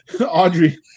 Audrey